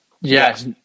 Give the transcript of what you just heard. yes